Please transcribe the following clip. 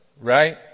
right